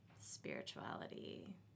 spirituality